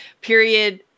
period